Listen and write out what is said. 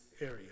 area